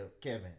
Kevin